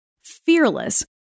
fearless